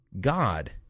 God